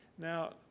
Now